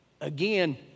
Again